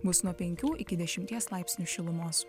bus nuo penkių iki dešimties laipsnių šilumos